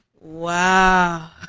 Wow